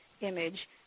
image